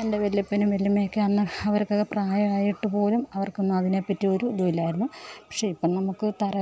എൻ്റെ വല്യപ്പനും വല്യമ്മയുമൊക്കെ അന്ന് അവർക്കൊക്കെ പ്രായമായിട്ട് പോലും അവർക്കൊന്നും അതിനെപ്പറ്റി ഒരു ഇതുമില്ലായിരുന്നു പക്ഷേ ഇപ്പം നമുക്ക് തറ